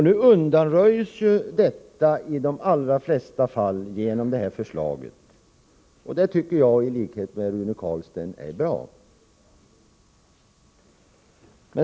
Nu undanröjs ju genom det framlagda förslaget den risken i de allra flesta fall, och det tycker jag är bra.